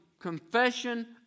Confession